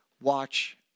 watch